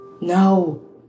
No